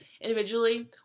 individually